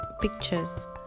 pictures